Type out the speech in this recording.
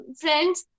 friends